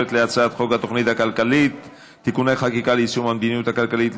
תכנון ובנייה,